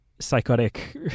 psychotic